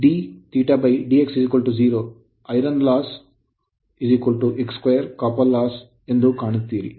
ಒಂದು dzetadx 0 iron loss ಕಬ್ಬಿಣ ನಷ್ಟ X2copper loss ಕಾಣುತ್ತೀರಿ